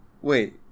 Wait